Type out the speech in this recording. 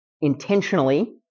intentionally